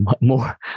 more